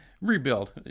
rebuild